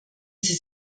sie